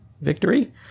victory